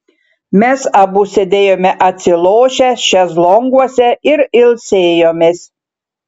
mes abu sėdėjome atsilošę šezlonguose ir ilsėjomės